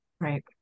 Right